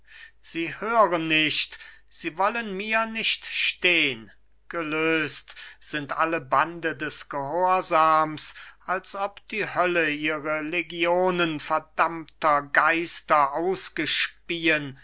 sie hören nicht sie wollen mir nicht stehn gelöst sind alle bande des gehorsams als ob die hölle ihre legionen verdammter geister ausgespieen